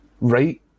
right